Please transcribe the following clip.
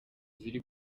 ziri